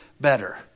better